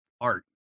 art